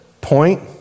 point